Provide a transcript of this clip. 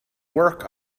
work